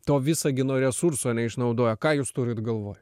to visagino resurso neišnaudoja ką jūs turit galvoj